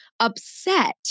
upset